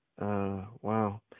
wow